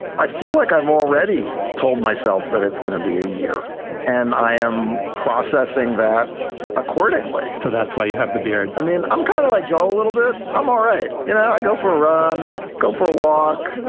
i feel like i've already told myself that it's gonna be a year and i am processing that accordingly. so that's why you have the beard. i mean, i'm kind of like joel a little bit. i'm all right. you know, i go for a run. go for a walk.